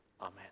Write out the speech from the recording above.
amen